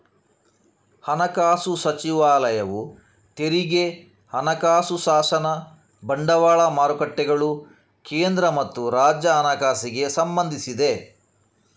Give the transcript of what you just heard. ಹಣಕಾಸು ಸಚಿವಾಲಯವು ತೆರಿಗೆ, ಹಣಕಾಸು ಶಾಸನ, ಬಂಡವಾಳ ಮಾರುಕಟ್ಟೆಗಳು, ಕೇಂದ್ರ ಮತ್ತು ರಾಜ್ಯ ಹಣಕಾಸಿಗೆ ಸಂಬಂಧಿಸಿದೆ